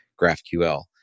GraphQL